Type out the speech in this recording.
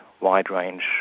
wide-range